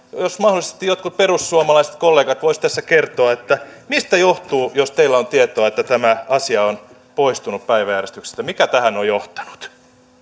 jos mahdollisesti jotkut perussuomalaiset kollegat voisivat tässä kertoa mistä johtuu jos teillä on tietoa että tämä asia on poistunut päiväjärjestyksestä mikä tähän on johtanut